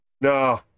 No